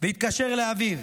והתקשר לאביו.